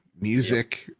music